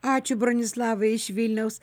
ačiū bronislavai iš vilniaus